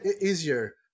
easier